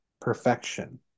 perfection